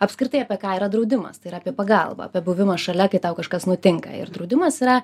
apskritai apie ką yra draudimas tai yra apie pagalbą apie buvimą šalia kai tau kažkas nutinka ir draudimas yra